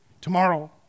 tomorrow